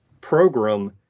program